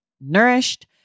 nourished